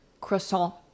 croissant